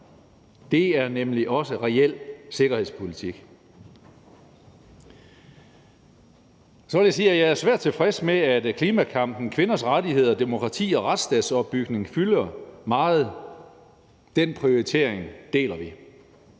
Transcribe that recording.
det er nemlig også reel sikkerhedspolitik. Så vil jeg sige, at jeg er svært tilfreds med, at klimakampen, kvinders rettigheder og demokrati- og retsstatsopbygning fylder meget. Den prioritering deler vi.